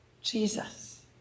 Jesus